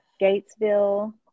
Gatesville